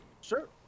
sure